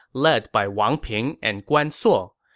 led by wang ping and guan suo.